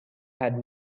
had